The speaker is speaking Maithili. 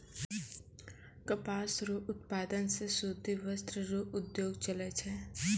कपास रो उप्तादन से सूती वस्त्र रो उद्योग चलै छै